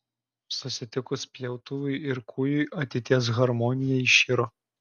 susitikus pjautuvui ir kūjui ateities harmonija iširo